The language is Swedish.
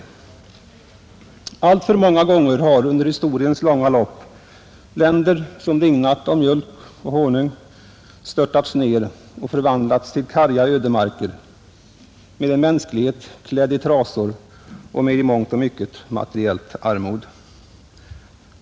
Alltför många gånger har under historiens långa lopp länder, som dignat av mjölk och honung, störtats ner och förvandlats till karga ödemarker med en mänsklighet klädd i trasor och med i mångt och mycket materiellt armod.